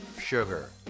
sugar